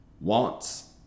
wants